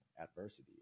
Adversity